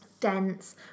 dense